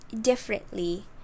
differently